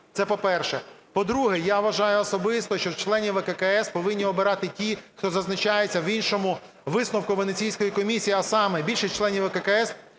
це по-перше. По-друге, я вважаю особисто, що членів ВККС повинні обирати ті, хто зазначаються в іншому висновку Венеційської комісії, а саме: більшість членів ВККС